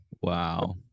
Wow